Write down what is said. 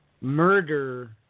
murder